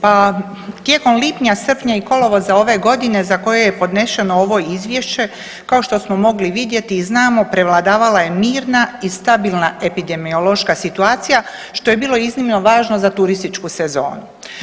Pa tijekom lipnja, srpnja i kolovoza ove godine za koje je podneseno ovo Izvješće kao što smo mogli vidjeti i znamo prevladavala je mirna i stabilna epidemiološka situacija što je bilo iznimno važno za turističku sezonu.